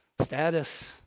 status